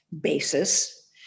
basis